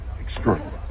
extraordinary